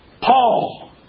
Paul